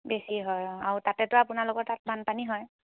বেছি হয় অঁ আৰু তাতেতো আপোনালোকৰ তাত বানপানী হয়